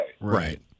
Right